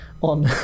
on